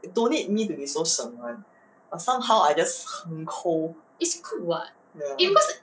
don't need me to be so 省 [one] last time I just !huh! um 抠